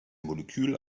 molekül